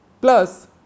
Plus